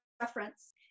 reference